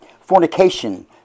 fornication